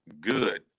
good